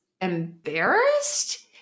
embarrassed